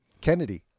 Kennedy